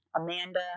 Amanda